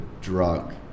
drug